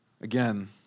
Again